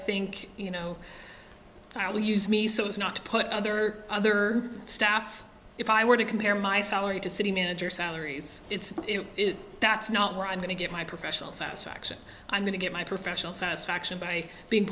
think you know i will use me so as not to put other other staff if i were to compare my salary to city manager salaries that's not what i'm going to get my professional satisfaction i'm going to get my professional satisfaction by being